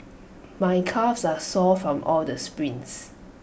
my calves are sore from all the sprints